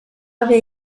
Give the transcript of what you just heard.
haver